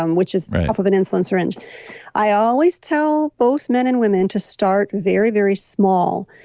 um which is half of an insulin syringe i always tell both men and women to start very, very small.